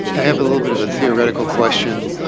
i have a little bit of a theoretical question.